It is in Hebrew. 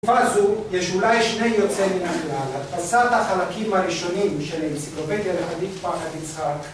‫בתקופה הזו יש אולי שני יוצאים ‫מהכלל. ‫הדפסת החלקים הראשונים של ‫האנציקלופדיה לחדית פחד יצחק...